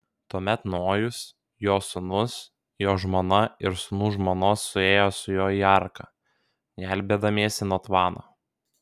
tuomet nojus jo sūnūs jo žmona ir sūnų žmonos suėjo su juo į arką gelbėdamiesi nuo tvano